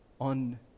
on